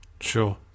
sure